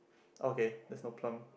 okay there's no plum